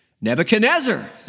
Nebuchadnezzar